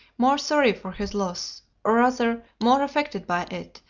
more sorry for his loss, or, rather, more affected by it,